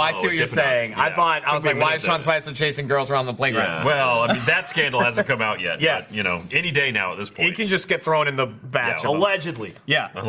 i see what you're saying i thought i was like live sean spicer chasing girls around the playground well. that's kate. let's think about yet yeah, you know any day now this point can just get thrown in the back allegedly yeah, um